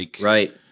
Right